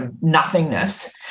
nothingness